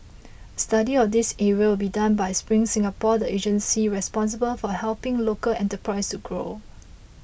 a study of these areas will be done by Spring Singapore the agency responsible for helping local enterprises grow